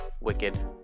Wicked